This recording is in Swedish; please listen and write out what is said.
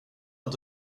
att